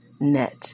net